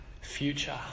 future